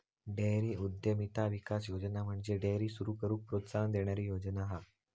dairy उद्यमिता विकास योजना म्हणजे डेअरी सुरू करूक प्रोत्साहन देणारी योजना हा